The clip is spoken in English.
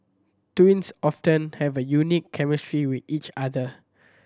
twins often have a unique chemistry with each other